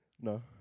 No